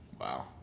Wow